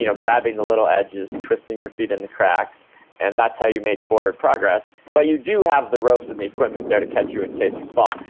you know grabbing the little edges, twisting your feet in the cracks and that's how you make forward progress, but you do have the ropes and the equipment there to catch you in case you fall.